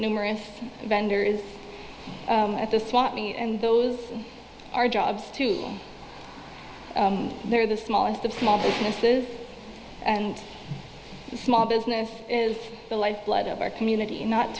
numerous vendor is at the swap meet and those are jobs to they're the smallest of small businesses and small business is the lifeblood of our community not